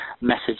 message